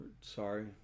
sorry